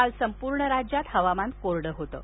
काल संपूर्ण राज्यात हवामान कोरडं होतं